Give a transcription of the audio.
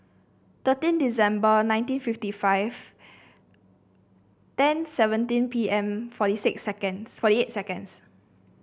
thirteen December nineteen fifty five ten seventeen P M forty six seconds forty eight seconds